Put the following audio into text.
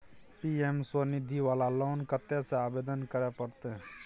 PM Svanidhi वाला loan कत्ते से आवेदन करे परतै?